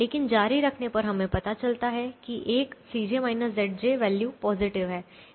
लेकिन जारी रखने पर हमें पता चलता है कि एक पॉजिटिव है